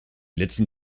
letzten